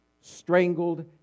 strangled